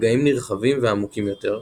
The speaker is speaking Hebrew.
נגעים נרחבים ועמוקים יותר,